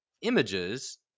images